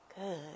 Good